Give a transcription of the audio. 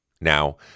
Now